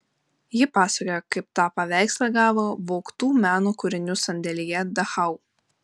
ji pasakoja kaip tą paveikslą gavo vogtų meno kūrinių sandėlyje dachau